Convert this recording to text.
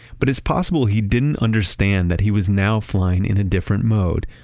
but it's possible he didn't understand that he was now flying in a different mode.